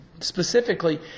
Specifically